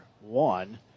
one